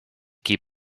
keep